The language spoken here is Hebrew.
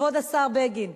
כבוד השר בגין,